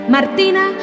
Martina